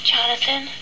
Jonathan